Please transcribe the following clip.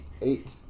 Eight